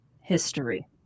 history